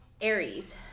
Aries